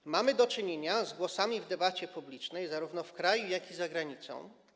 Natomiast mamy do czynienia z głosami w debacie publicznej zarówno w kraju, jak i za granicą.